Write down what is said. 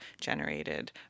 generated